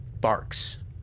barks